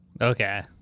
Okay